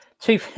two